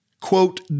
Quote